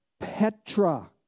Petra